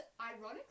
ironically